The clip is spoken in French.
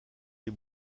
des